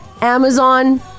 Amazon